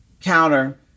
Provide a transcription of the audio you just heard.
counter